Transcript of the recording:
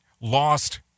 lost